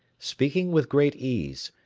speaking with great ease,